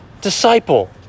disciple